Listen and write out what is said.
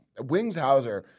Wingshauser